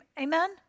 Amen